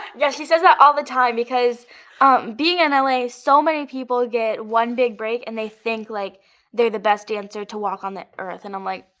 yeah, she says that all the time because being in l a. so many people get one big break and they think like they're the best dancer to walk on the earth. and i'm like,